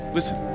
Listen